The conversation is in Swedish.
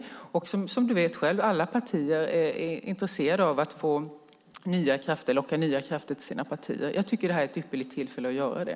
Som du själv vet är alla partier intresserade av att locka nya krafter till sina partier. Jag tycker att det här är ett ypperligt tillfälle att göra det.